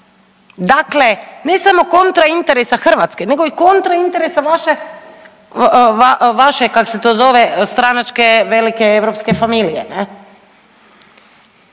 Dakle, ne samo kontra interesa Hrvatske, nego i kontra interesa vaše kak' se to zove stranačke velike europske familije.